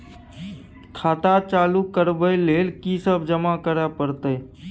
खाता चालू करबै लेल की सब जमा करै परतै?